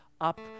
up